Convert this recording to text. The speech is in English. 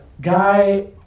guy